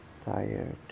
tired